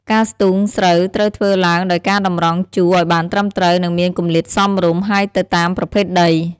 ការស្ទូងស្រូវត្រូវធ្វើឡើងដោយការតម្រង់ជួរឱ្យបានត្រឹមត្រូវ និងមានគម្លាតសមរម្យ ហើយទៅតាមប្រភេទដី។